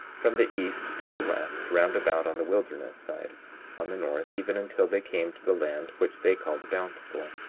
from the east to the west, round about on the wilderness side on the north, even until they came to the land which they called bountiful.